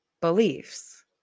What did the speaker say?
beliefs